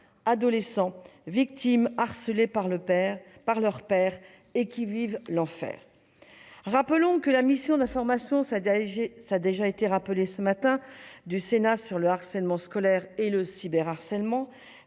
adolescents victimes, harcelés par leurs pairs et qui vivent l'enfer. Rappelons que la mission d'information du Sénat sur le harcèlement scolaire et le cyberharcèlement,